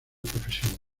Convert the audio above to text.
profesión